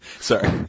Sorry